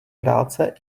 práce